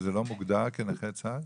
שזה לא מוגדר כנכה צה"ל?